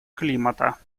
климата